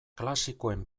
klasikoen